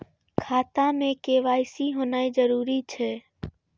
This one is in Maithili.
खाता में के.वाई.सी होना जरूरी छै?